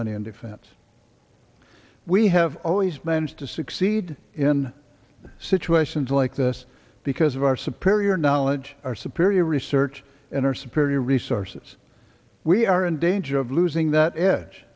money and defense we have always managed to succeed in situations like this because of our sapir your knowledge our superior research and her superior resources we are in danger of losing that edge